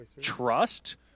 Trust